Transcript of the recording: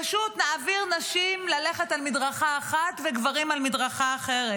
פשוט נעביר נשים ללכת על מדרכה אחת וגברים על מדרכה אחרת,